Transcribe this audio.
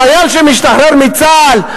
החייל שמשתחרר מצה"ל,